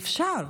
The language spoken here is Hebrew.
אפשר,